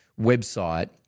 website